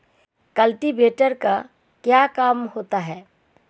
Cultivator का क्या काम होता है?